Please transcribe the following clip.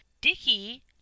dicky